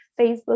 Facebook